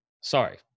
Sorry